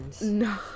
no